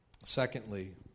Secondly